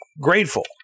grateful